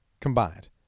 combined